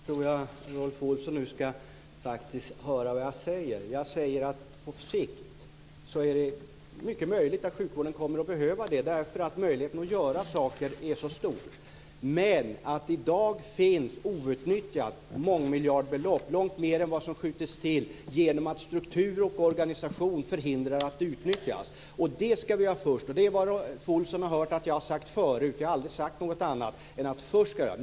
Fru talman! Rolf Olsson ska nu faktiskt höra vad jag säger. Jag säger att på sikt är det mycket möjligt att sjukvården kommer att behöva mer resurser, därför att möjligheten att göra saker är så stor. Men i dag finns mångmiljardbelopp outnyttjade, långt mer än vad som skjuts till, genom att struktur och organisation förhindrar att de utnyttjas. Det ska vi rätta till först. Det är vad Rolf Olsson har hört att jag har sagt förut. Jag har aldrig sagt något annat än att vi först ska göra det.